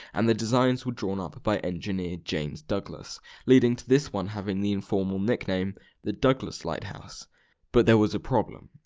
and the designs were drawn up by engineer james douglas leading to this one having the informal nickname the douglas lighthouse but there was a problem,